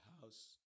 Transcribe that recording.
house